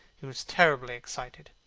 he was terribly excited.